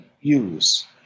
use